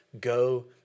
Go